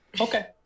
okay